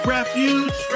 Refuge